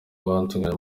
batunganya